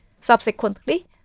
Subsequently